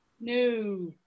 No